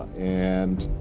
and,